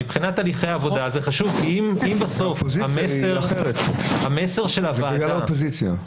זה בגלל האופוזיציה...